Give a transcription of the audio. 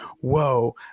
whoa